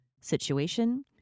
situation